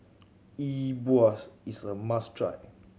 e buas is a must try